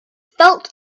felt